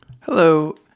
Hello